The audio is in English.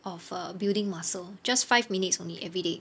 of uh building muscle just five minutes only everyday